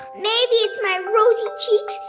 maybe it's my rosy cheeks.